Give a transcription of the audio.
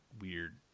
weird